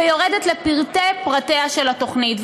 ויורדת לפרטי-פרטיה של התוכנית.